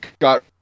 got